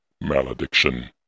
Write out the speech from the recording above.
malediction